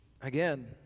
Again